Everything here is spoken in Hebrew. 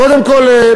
קודם כול,